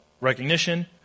recognition